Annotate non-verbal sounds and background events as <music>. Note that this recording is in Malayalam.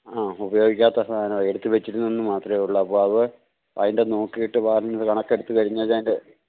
ആ ഉപയോഗിക്കാത്ത സാധനമാണ് എടുത്തുവച്ചിരുന്നെന്നു മാത്രമേ ഉള്ളു അപ്പോള് അത് അതിൻ്റെ നോക്കിയിട്ട് <unintelligible> കണക്കെടുത്തുകഴിഞ്ഞാലേ അതിൻ്റെ